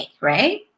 right